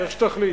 איך שתחליט,